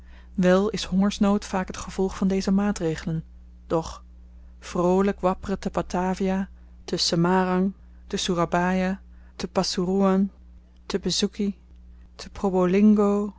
wel is hongersnood vaak t gevolg van deze maatregelen doch vroolyk wapperen te batavia te samarang te soerabaja te passaroean te bezoeki te